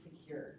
secure